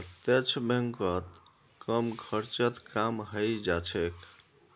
प्रत्यक्ष बैंकत कम खर्चत काम हइ जा छेक